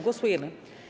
Głosujemy.